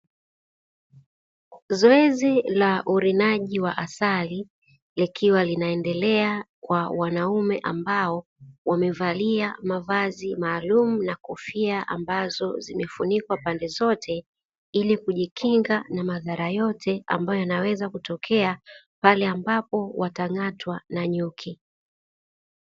Zoezi la urinaji wa asali likiwa linaendelea kwa wanaume ambao wamevalia mavazi maalumu na kofia ambazo zimefunikwa pande zote, ili kujikinga na madhara yote ambayo yanaweza kutokea pale ambapo watang'atwa na nyuki.